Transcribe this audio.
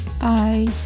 Bye